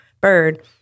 bird